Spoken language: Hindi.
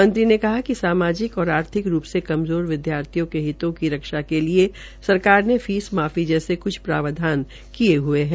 मंत्री ने कहा कि सामाजिक और आर्थिक रूप से कमज़ारे विद्यार्थियों के हितों की रक्षा के लिए सरकार ने फीस माफी जैसी कुछ प्रावधान किये हये है